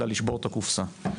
אלא לשבור את הקופסה.